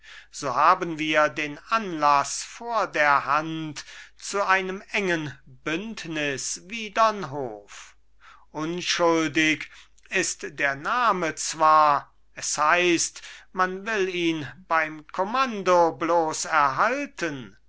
so haben wir den anlaß vor der hand zu einem engen bündnis widern hof unschuldig ist der name zwar es heißt man will ihn beim kommando bloß erhalten